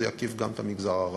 וזה יקיף גם את המגזר הערבי.